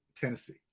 Tennessee